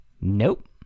Nope